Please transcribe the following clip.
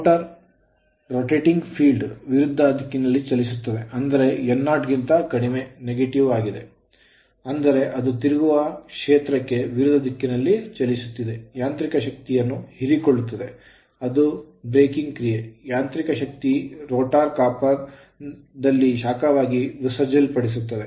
motor rotating field ತಿರುಗುವ ಕ್ಷೇತ್ರಕ್ಕೆ ವಿರುದ್ಧ ದಿಕ್ಕಿನಲ್ಲಿ ಚಲಿಸುತ್ತದೆ ಅಂದರೆ n 0 ಗಿಂತ ಕಡಿಮೆ negative ಋಣಾತ್ಮಕ ವಾಗಿದೆ ಅಂದರೆ ಅದು ತಿರುಗುವ ಕ್ಷೇತ್ರಕ್ಕೆ ವಿರುದ್ಧ ದಿಕ್ಕಿನಲ್ಲಿ ಚಲಿಸುತ್ತಿದೆ ಯಾಂತ್ರಿಕ ಶಕ್ತಿಯನ್ನು ಹೀರಿಕೊಳ್ಳುತ್ತದೆ ಅದು breaking ಕ್ರಿಯೆ ಯಾಂತ್ರಿಕ ಶಕ್ತಿ ರೋಟರ್ copper ತಾಮ್ರ ದಲ್ಲಿ ಶಾಖವಾಗಿ ವಿಸರ್ಜಿಸಲ್ಪಡುತ್ತದೆ